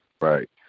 right